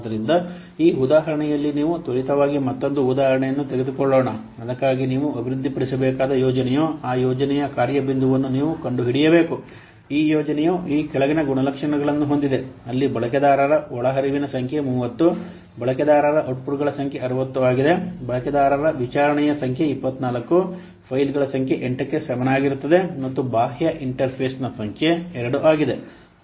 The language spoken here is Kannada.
ಆದ್ದರಿಂದ ಈ ಉದಾಹರಣೆಯಲ್ಲಿ ನೀವು ತ್ವರಿತವಾಗಿ ಮತ್ತೊಂದು ಉದಾಹರಣೆಯನ್ನು ತೆಗೆದುಕೊಳ್ಳೋಣ ಅದಕ್ಕಾಗಿ ನೀವು ಅಭಿವೃದ್ಧಿಪಡಿಸಬೇಕಾದ ಯೋಜನೆಯು ಆ ಯೋಜನೆಯ ಕಾರ್ಯ ಬಿಂದುವನ್ನು ನೀವು ಕಂಡುಹಿಡಿಯಬೇಕು ಈ ಯೋಜನೆಯು ಈ ಕೆಳಗಿನ ಗುಣಲಕ್ಷಣಗಳನ್ನು ಹೊಂದಿದೆ ಅಲ್ಲಿ ಬಳಕೆದಾರರ ಒಳಹರಿವಿನ ಸಂಖ್ಯೆ 30 ಬಳಕೆದಾರ ಔಟ್ಪುಟ್ಗಳ ಸಂಖ್ಯೆ 60 ಆಗಿದೆ ಬಳಕೆದಾರರ ವಿಚಾರಣೆಯ ಸಂಖ್ಯೆ 24 ಫೈಲ್ಗಳ ಸಂಖ್ಯೆ 8 ಕ್ಕೆ ಸಮಾನವಾಗಿರುತ್ತದೆ ಮತ್ತು ಬಾಹ್ಯ ಇಂಟರ್ಫೇಸ್ನ ಸಂಖ್ಯೆ 2 ಆಗಿದೆ